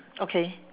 okay